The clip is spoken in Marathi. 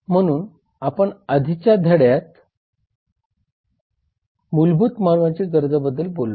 म्हणून आपण आधीच्या धड्यात मूलभूत मानवी गरजांबद्दल बोललो